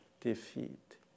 defeat